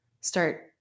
start